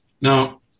Now